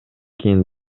кийин